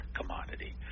commodity